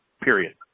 period